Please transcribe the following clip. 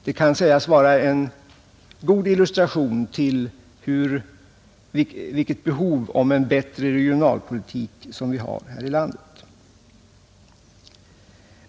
Det kan ses som en god illustration till vilket behov av en bättre regionalpolitik vi har här i landet.